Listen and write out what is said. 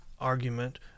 argument